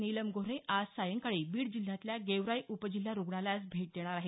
नीलम गोऱ्हे आज सायंकाळी बीड जिल्ह्यातल्या गेवराई उपजिल्हा रुग्णालयास भेट देणार आहेत